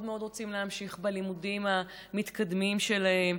מאוד רוצים להמשיך בלימודים המתקדמים שלהם,